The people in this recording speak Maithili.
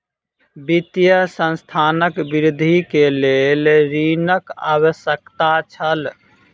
वित्तीय संस्थानक वृद्धि के लेल ऋणक आवश्यकता छल